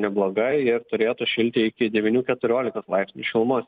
nebloga ir turėtų šilti iki devynių keturiolikos laipsnių šilumos